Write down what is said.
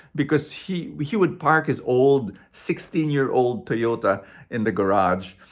because he, he would park his old sixteen year old toyota in the garage,